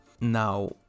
Now